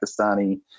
Pakistani